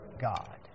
God